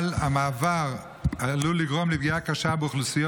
אבל המעבר עלול לגרום לפגיעה קשה באוכלוסיות